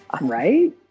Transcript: right